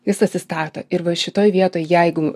jis atsistato ir va šitoj vietoj jeigu